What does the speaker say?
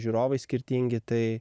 žiūrovai skirtingi tai